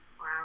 Wow